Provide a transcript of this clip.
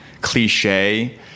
cliche